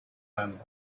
man